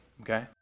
Okay